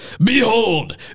Behold